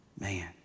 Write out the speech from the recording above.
Man